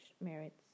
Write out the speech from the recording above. merits